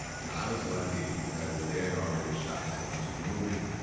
and i was lucky because they had already shot so much of the movie.